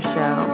Show